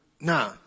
nah